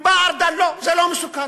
ובא ארדן: לא, זה לא מסוכן.